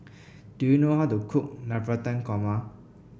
do you know how to cook Navratan Korma